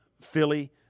Philly